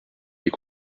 les